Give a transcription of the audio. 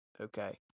okay